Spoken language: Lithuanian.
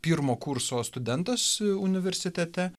pirmo kurso studentas universitete